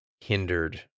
hindered